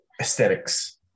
Aesthetics